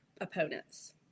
opponents